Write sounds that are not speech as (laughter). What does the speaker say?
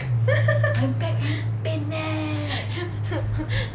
(laughs)